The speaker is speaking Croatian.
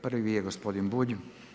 Prvi je gospodin Bulj.